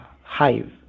Hive